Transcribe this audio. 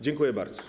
Dziękuję bardzo.